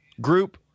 group